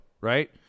right